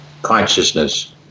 consciousness